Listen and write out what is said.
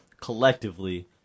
collectively